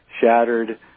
shattered